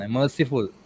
merciful